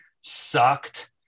sucked